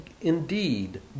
indeed